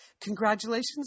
congratulations